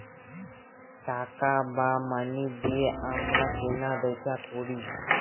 টাকা বা মানি দিয়ে আমরা কেনা বেচা করি